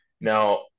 Now